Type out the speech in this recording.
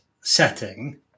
setting